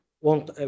want